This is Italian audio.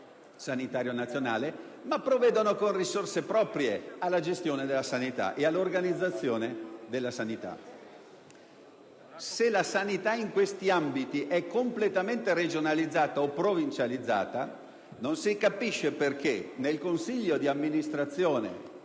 sanitario nazionale, ma provvedono con risorse proprie alla gestione e all'organizzazione della sanità. Se in questi ambiti la sanità è completamente regionalizzata o provincializzata, non si capisce perché nel collegio dei sindaci